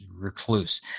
recluse